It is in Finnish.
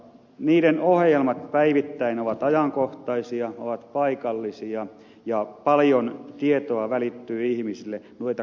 niiden ohjelmat päivittäin ovat ajankohtaisia ne ovat paikallisia ja paljon tietoa välittyy ihmisille niiden kautta